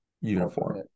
uniform